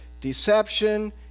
deception